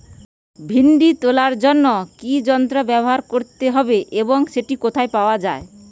ভিন্ডি তোলার জন্য কি যন্ত্র ব্যবহার করতে হবে এবং সেটি কোথায় পাওয়া যায়?